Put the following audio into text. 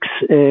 six